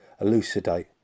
elucidate